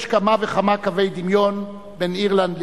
יש כמה וכמה קווי דמיון בין אירלנד וישראל,